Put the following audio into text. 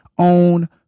own